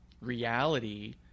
reality